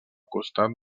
costat